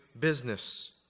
business